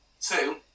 Two